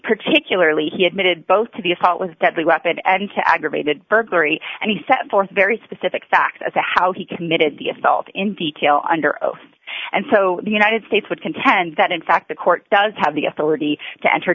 particularly he admitted both to the assault with deadly weapon and to aggravated burglary and he set forth very specific facts as to how he committed the assault in detail under oath and so the united states would contend that in fact the court does have the authority to enter